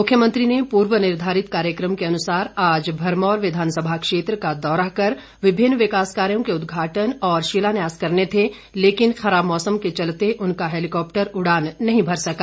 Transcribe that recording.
मुख्यमंत्री ने पूर्व निर्धारित कार्यक्रम के अनुसार आज भरमौर विधानसभा क्षेत्र का दौरा कर विभिन्न विकास कार्यो के उदघाटन और शिलान्यास करने थे लेकिन खराब मौसम के चलते उनका हैलीकॉप्टर उड़ान नहीं भर सका